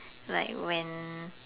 like when